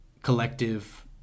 collective